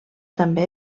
també